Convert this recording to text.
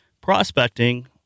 prospecting